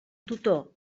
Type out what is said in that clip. tutor